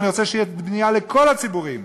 שתהיה בנייה לכל הציבורים,